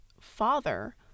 father